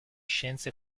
scienze